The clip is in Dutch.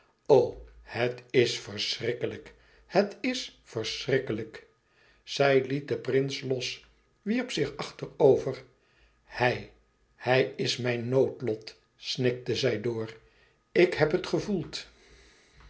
het is verschrikkelijk het is verschrikkelijk zij liet den prins los wierp zich achterover hij hij is mijn noodlot snikte zij door ik heb het gevoeld